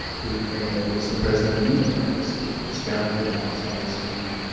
who you may know was the president of neiman marcus, which was founded in dallas by his family.